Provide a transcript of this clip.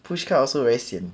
pushcart also very sian